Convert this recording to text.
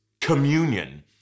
communion